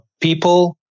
people